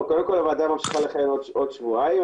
הוועדה ממשיכה לכהן עוד שבועיים.